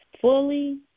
fully